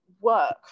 work